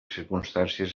circumstàncies